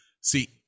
See